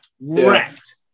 Wrecked